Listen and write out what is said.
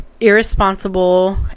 irresponsible